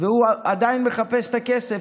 הוא עדיין מחפש את הכסף,